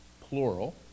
plural